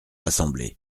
assemblée